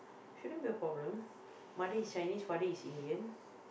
shouldn't be a problem mother is Chinese father is Indian